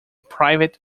private